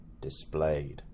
displayed